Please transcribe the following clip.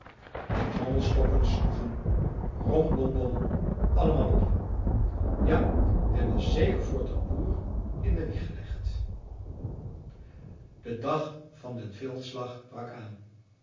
de trommelstokken sloegen rom bom bom allemaal op ja hij was zeker voor tamboer in de wieg gelegd de dag van den veldslag brak aan